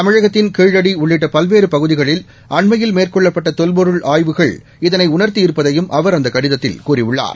தமிழகத்தின் கீழடி உள்ளிட்ட பல்வேறு பகுதிகளில் அண்மயில் மேற்கொள்ளப்பட்ட தொல்பொருள் ஆய்வுகள் இதனை உணர்த்தி இருப்பதையும் அவர் அந்த கடிதத்தில் கூறியுள்ளார்